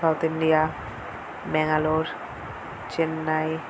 south India Bangalore Chennai